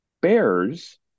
Bears